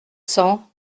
cents